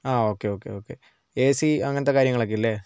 ah okay okay okay A C അങ്ങനത്തെ കാര്യങ്ങളൊക്കെയില്ലേ